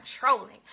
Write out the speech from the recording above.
controlling